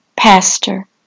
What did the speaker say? Pastor